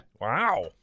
wow